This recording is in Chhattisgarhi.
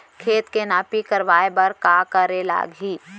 खेत के नापी करवाये बर का करे लागही?